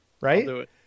Right